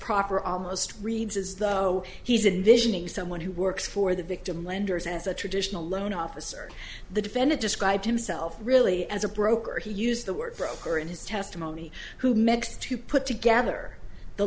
proper almost reads as though he's in this someone who works for the victim lenders as a traditional loan officer the defendant described himself really as a broker he used the word broker in his testimony who mix to put together the